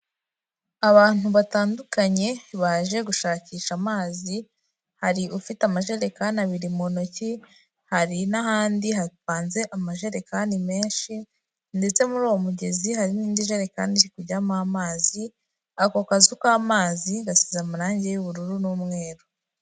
Abantu batandukanye, baje gushakisha amazi, hari ufite amajerekani abiri mu ntoki, hari n'ahandi hapanze amajerekani menshi, ndetse muri uwo mugezi hari n'indi jerekani iri kujyamo amazi, ako kazu k'amazi, gasize amarangi y'ubururu n'umweru.